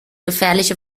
gefährliche